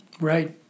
Right